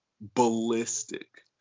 ballistic